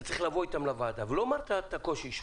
אתה צריך לבוא איתן לוועדה ולומר את הקושי שלך.